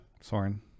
Soren